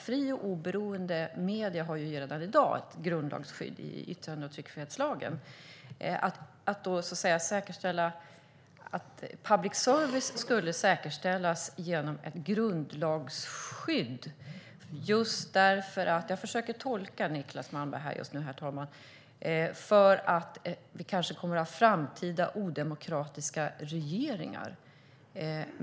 Fria och oberoende medier har redan i dag ett grundlagsskydd i yttrande och tryckfrihetslagen. Niclas Malmberg vill säkra public service mot framtida odemokratiska regeringar genom ett grundlagsskydd.